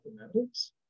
mathematics